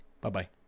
Bye-bye